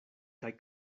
kaj